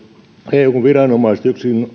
eun viranomaiset